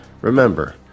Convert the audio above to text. remember